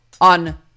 on